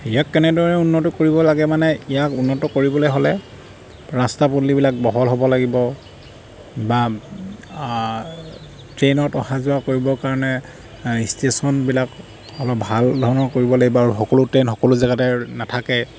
ইয়াক কেনেদৰে উন্নত কৰিব লাগে মানে ইয়াত উন্নত কৰিবলৈ হ'লে ৰাস্তা পদূলিবিলাক বহল হ'ব লাগিব বা ট্ৰেইনত অহা যোৱা কৰিবৰ কাৰণে ষ্টেচনবিলাক অলপ ভাল ধৰণৰ কৰিব লাগিব আৰু সকলো ট্ৰেইন সকলো জেগাতে নাথাকে